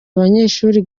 abanyeshuri